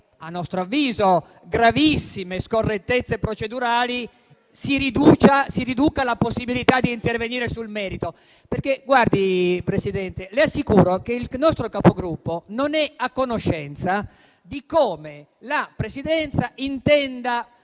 a nostro avviso, gravissime scorrettezze procedurali, si riduca la possibilità di intervenire sul merito. Signora Presidente, il nostro Capogruppo non è a conoscenza di come la Presidenza intenda